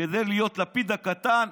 כדי להיות לפיד הקטן,